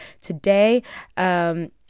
today